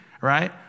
right